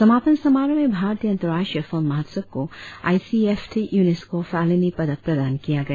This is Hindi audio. समापन समारोह में भारतीय अंतर्राष्ट्रीय फिल्म महोत्सव को I C F T UNESCO Fellini पदक प्रदान किया गया